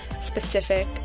specific